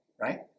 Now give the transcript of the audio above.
right